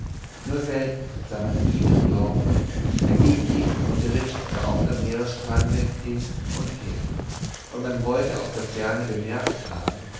nur selten sah man ihn im dorfe dagegen ging und ritt er oft am meeresstrande hin und her und man wollte aus der ferne bemerkt haben